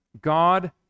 God